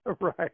Right